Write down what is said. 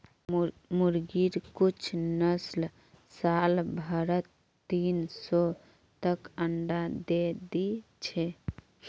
मुर्गिर कुछ नस्ल साल भरत तीन सौ तक अंडा दे दी छे